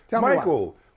Michael